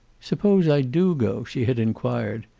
suppose i do go? she had inquired.